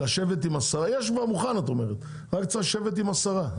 יש כבר מוכן, את אומרת, רק צריך לשבת עם השרה.